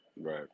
Right